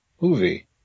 movie